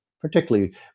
particularly